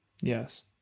Yes